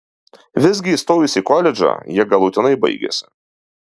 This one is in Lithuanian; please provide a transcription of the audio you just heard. visgi įstojus į koledžą jie galutinai baigėsi